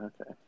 Okay